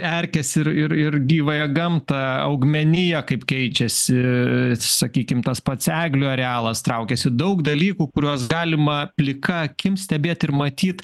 erkes ir ir ir gyvąją gamtą augmeniją kaip keičiasi sakykim tas pats eglių arealas traukiasi daug dalykų kuriuos galima plika akim stebėt ir matyt